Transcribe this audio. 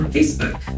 Facebook